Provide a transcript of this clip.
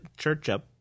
Churchup